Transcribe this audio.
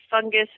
fungus